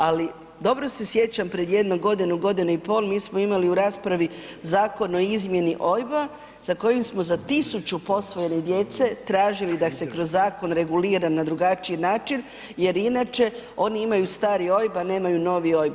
Ali dobro se sjećam pred jedno godinu, godinu i pol mi smo imali u raspravi Zakon o izmjeni OIB-a za kojim smo za 1000 posvojene djece tražili da ih se kroz zakon regulira na drugačiji način jer inače oni imaju stari OIB, a nemaju novi OIB.